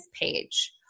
page